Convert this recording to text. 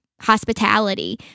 hospitality